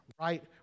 right